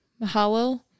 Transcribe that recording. Mahalo